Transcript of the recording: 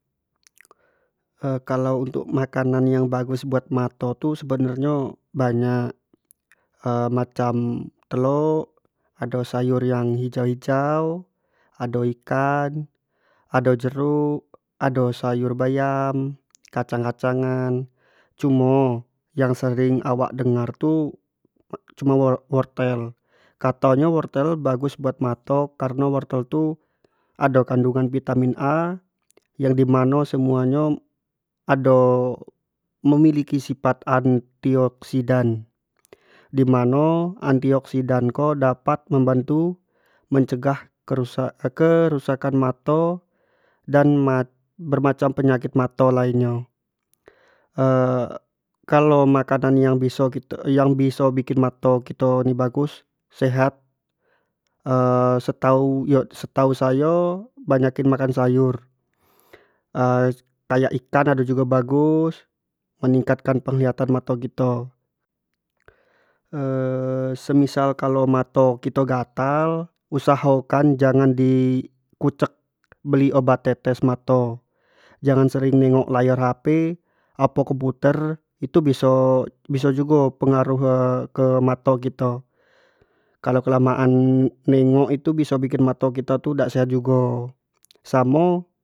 kalau untuk makanan yang bagus buat mato tu sebenar nyo banyak macam telok ado sayur yang hijau-hijau, ado ikan, ado jeruk, ado sayur bayam, kacang- kacangan, cumo yang sering awak dengar tu cuma wortel kato nyo wortel tu bagus buat mato kareno wortel tu ado kandungan vitamin a yang di mano semua nyo ado memiliki sifat antioksidan, dimano antioksidan ko dapat membantu mencegah kerusakan mato dan berrbagai penyakit mato lain nyo kalo makanan yang biso- biso bikin mato kito ni bagus, sehat setahu sayo banyakin makan sayur kayak ikan ado jugo bagus meningkatkan penglihatan mato kito semisal kalo mato kito gatal usaho kan jangan di kucek beli obat tetes mato jangan sering nengok layer hp apo komputer itu biso- biso jugo pengaruh ke mato kito kalua kelamaan nengok tu biso bikin mato kito tu dak sehat jugo, samo.